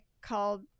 called